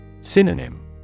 synonym